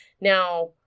Now